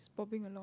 bopping along